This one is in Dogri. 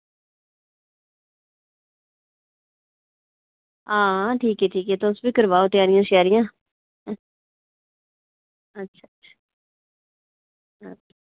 आं ठीक ऐ ठीक ऐ तुस बी करवाओ त्यारियां अच्छा अच्छा